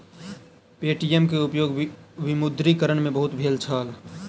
Paytm के उपयोग विमुद्रीकरण में बहुत भेल छल